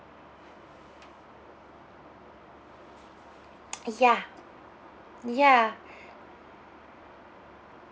uh ya ya